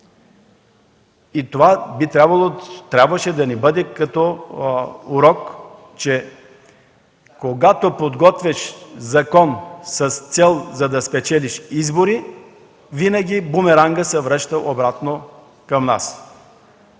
И това трябваше да ни бъде като урок, че когато подготвяш закон с цел да спечелиш избори, винаги бумерангът се връща обратно към нас.